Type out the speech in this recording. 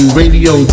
radio